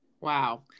Wow